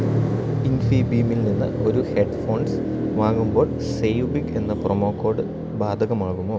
ഇൻഫിബീമിൽ നിന്ന് ഒരു ഹെഡ്ഫോൺസ് വാങ്ങുമ്പോൾ സേവ് ബിഗ് എന്ന പ്രൊമോ കോഡ് ബാധകമാകുമോ